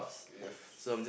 yes